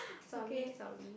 sorry sorry